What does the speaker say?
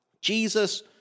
Jesus